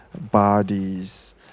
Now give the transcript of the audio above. bodies